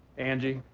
angie,